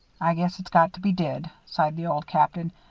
i guess it's got to be did, sighed the old captain,